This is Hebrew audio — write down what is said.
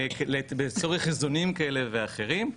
לצורך איזונים כאלה או אחרים.